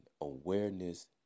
Awareness